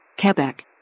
Quebec